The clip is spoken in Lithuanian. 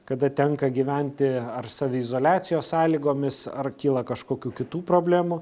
kada tenka gyventi ar saviizoliacijos sąlygomis ar kyla kažkokių kitų problemų